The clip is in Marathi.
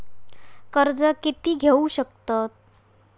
कर्ज कीती घेऊ शकतत?